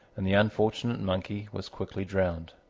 and the unfortunate monkey was quickly drowned.